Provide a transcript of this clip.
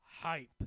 Hype